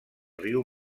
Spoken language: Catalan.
riu